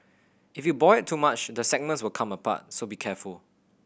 if you boil it too much the segments will come apart so be careful